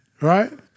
right